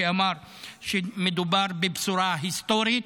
שאמר שמדובר בבשורה היסטורית,